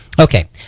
Okay